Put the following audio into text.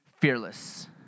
fearless